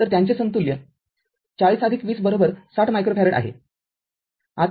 तरत्यांचे समतुल्य ४०२०६० मायक्रोफॅरेड आहे